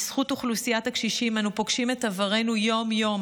בזכות אוכלוסיית הקשישים אנו פוגשים את עברנו יום-יום